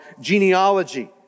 genealogy